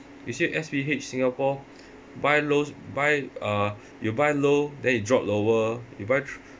you see S_P_H Singapore buy lows buy uh you buy low then it drop lower you buy thr~